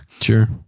Sure